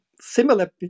similar